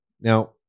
Now